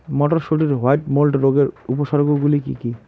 মটরশুটির white mould রোগের উপসর্গগুলি কী কী?